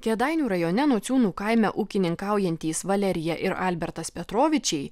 kėdainių rajone nociūnų kaime ūkininkaujantys valerija ir albertas petrovičiai